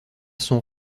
son